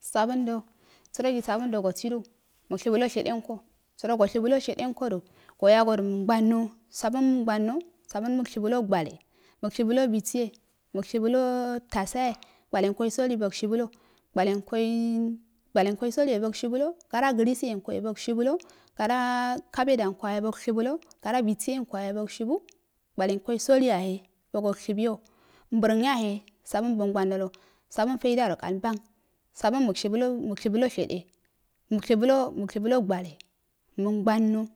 Sabundo sərogi sabundo sido mugshibuho shede nko sərososhuuulo shede nkodo goyagodo mugmbano sabun mugmbano mug shibulo bisi ye mugshibulo tasaye gwelen ko soli bogi hhulalo gwalenlo gbualenko ibola bongshiib uha gorra gələsəyenko e bogshibulo gara kabat arikoyehe bogshibulo bisiyeno yahe mushibu awale nkolsholi yahe bogo shibiyo mbrəngya yahe bogo mbando yahe bogo mbando sabun jeidarokai mban sabn mugshibu o shede mugshibulo lo shede mugshibulo gwale mugbanno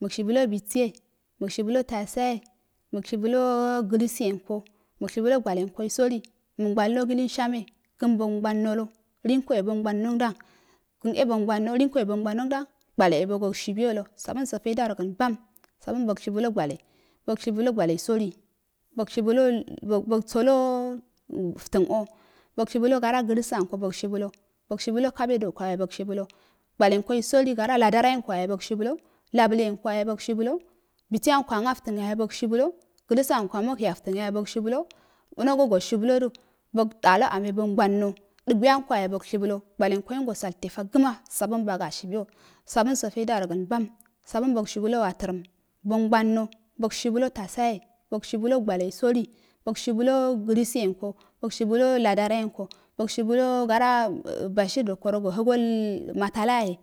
mag shibulo bisiye mug shibulo bisiye mug shibulo abaye mug shibulo glalasayenko mugshibulo gwalentu soli muginbaloga len shame kanbon lolo lin ko e bagnmbanondam kane bog imbanlo lin koe bognmbaranon dan gwale e bogoushinbuyo lo saburabo feidaro ganimmimbarn sarbum bogshmulo gwale bogshibul gwale bog shinulo gwale soli bogshibunso bogsalo ztən o bogshibulo gana galasonko bogshibulu ogshibulo kabearnko yahe bogshibulo gwalei soli gara ladara yen ko yahe bogshibulo. labulenko yahe bogshibulo yahe bogshibulo bisianko anftən yahe bogshibilo giələsə an kan gohe e aftan yahe boshibufodu bogdala a menmbanno dugueyanko yahe bogshii bulo gwalenko yengosalte yo tagama sabunbaga shibiyo sabuso feidaroga nulmbam sabun bogshibulo watarram bogmbanmna bogshibulo tasarye bogshibulo gwalo sodir bangshibulo glasa yano bogshibulo ladrayenko bogsh ubnlo gara e bashit roko rogohagol malala yehe